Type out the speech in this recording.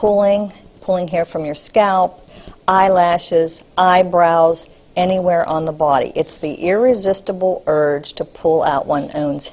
pulling pulling hair from your scalp eyelashes i browse anywhere on the body it's the irresistible urge to pull out one